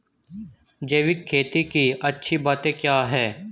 जैविक खेती की अच्छी बातें क्या हैं?